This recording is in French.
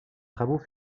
travaux